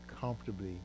comfortably